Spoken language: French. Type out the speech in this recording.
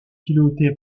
pilotée